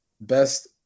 best